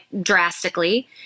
drastically